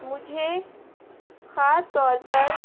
مجھے خاص طور پر